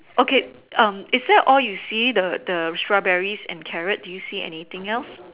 okay um is that all you see the the strawberries and carrot do you see anything else